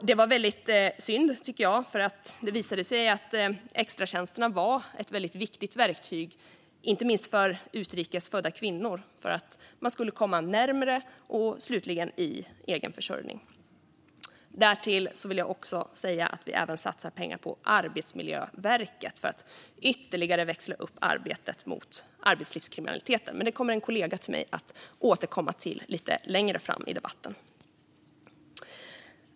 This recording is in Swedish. Det var väldigt synd, tycker jag, för det visade sig att extratjänsterna var ett viktigt verktyg för att få människor - inte minst utrikesfödda kvinnor - närmare arbetsmarknaden och slutligen i egen försörjning. Därtill vill jag säga att vi även satsar pengar på Arbetsmiljöverket för att ytterligare växla upp arbetet mot arbetslivskriminaliteten. Det kommer en kollega till mig att återkomma till lite längre fram i debatten.